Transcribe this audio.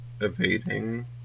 evading